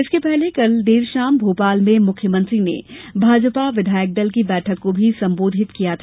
इसके पहले कल देर शाम भोपाल में मुख्यमंत्री ने भाजपा विधायक दल की बैठक को भी संबोधित किया था